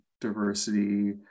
diversity